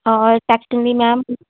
ਔਰ ਟੈਕਸ ਦੀ ਮੈਮ